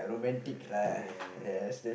yeah